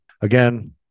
again